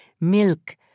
milk